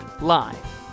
live